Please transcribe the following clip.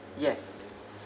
yes